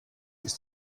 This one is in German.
ist